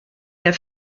der